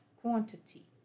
quantity